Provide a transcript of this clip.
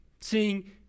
Seeing